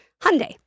Hyundai